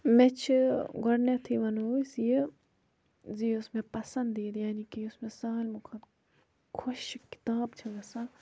مےٚ چھِ گۄڈنیٚتھٕے وَنو أسۍ یہِ زِ یُس مےٚ پَسنٛدیٖد یعنی کہِ یُس مےٚ سالمو کھۄتہٕ خۄش کِتاب چھِ گَژھان